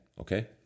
okay